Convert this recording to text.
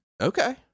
Okay